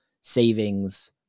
savings